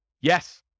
Yes